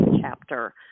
chapter